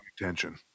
attention